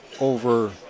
over